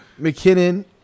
McKinnon